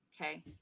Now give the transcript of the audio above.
okay